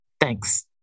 Thanks